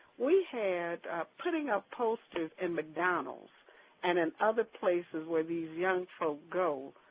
we had putting up posters in mcdonalds and in other places where these young folk go,